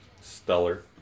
stellar